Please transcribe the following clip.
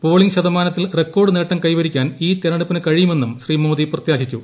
polling ശതമാന ത്തിൽ record നേട്ടം കൈവരിക്കാൻ ഈ തെരഞ്ഞെടുപ്പിന് കഴിയുമെന്നും ശ്രീ മോദി പ്രത്യാശിച്ചു